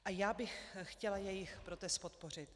A já bych chtěla jejich protest podpořit.